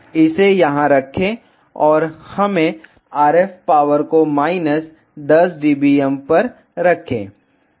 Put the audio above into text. इसे यहाँ रखें और हमें RF पावर को माइनस 10 dBm पर रखें